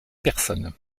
personnes